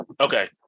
Okay